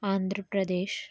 Andhra Pradesh